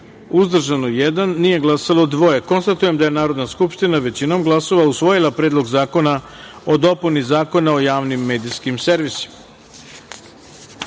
uzdržan – jedan, nije glasalo – dvoje. Konstatujem da je Narodna skupština većinom glasova usvojila Predlog zakona o dopuni Zakona o javnim medijskim servisima. Pošto